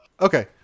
Okay